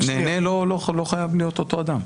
נהנה לא חייב להיות אותו אדם.